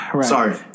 sorry